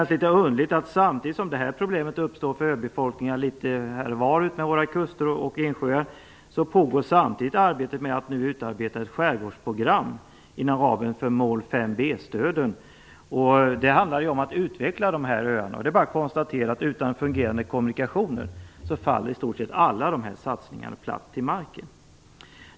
Samtidigt som det här problemet uppstår för öbefolkningar litet här och var utmed våra kuster och insjöar, pågår arbetet med att utarbeta ett skärgårdsprogram inom ramen för 5 B-stöden, vilket handlar om att utveckla de här öarna. Det är bara att konstatera att utan fungerande kommunikationer faller i stort sett alla de här satsningarna platt till marken.